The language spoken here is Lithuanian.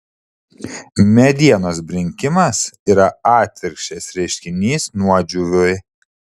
medienos brinkimas yra atvirkščias reiškinys nuodžiūviui